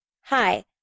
Hi